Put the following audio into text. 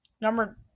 number